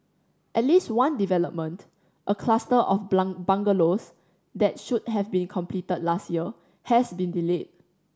at least one development a cluster of bungalows that should have been completed last year has been delayed